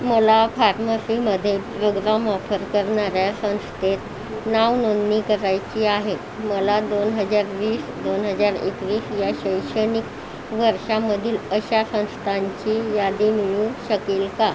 मला फार्मसीमध्ये programme offer करणार्या संस्थेत नावनोंदणी करायची आहे मला दोन हजार वीस दोन हजार एकवीस या शैक्षणिक वर्षांमधील अशा संस्थांची यादी मिळू शकेल का